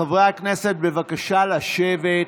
חברי הכנסת, בבקשה לשבת.